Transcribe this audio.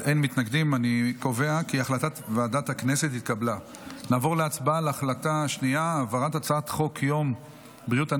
הצעת ועדת הכנסת להעביר את הצעת חוק יום בריאות הנפש,